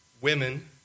women